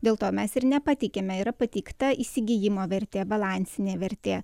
dėl to mes ir nepateikėme yra pateikta įsigijimo vertė balansinė vertė